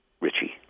Richie